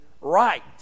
right